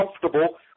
comfortable